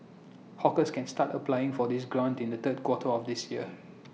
hawkers can start applying for this grant in the third quarter of this year